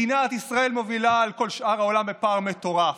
מדינת ישראל מובילה על כל שאר העולם בפער מטורף.